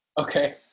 Okay